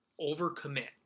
overcommit